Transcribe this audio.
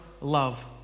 love